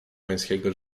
pańskiego